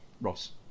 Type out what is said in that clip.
Ross